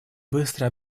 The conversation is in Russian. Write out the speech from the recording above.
быстро